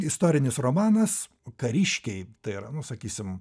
istorinis romanas kariškiai tai yra nu sakysim